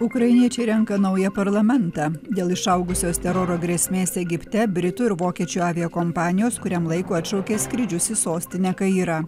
ukrainiečiai renka naują parlamentą dėl išaugusios teroro grėsmės egipte britų ir vokiečių aviakompanijos kuriam laikui atšaukė skrydžius į sostinę kairą